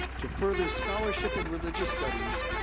to further scholarship in religious studies,